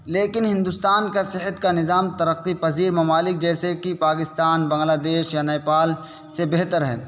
لیکن ہندوستان کا صحت کا نظام ترقی پذیر ممالک جیسے کہ پاکستان بنگلہ دیش یا نیپال سے بہتر ہے